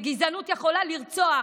וגזענות יכולה לרצוח,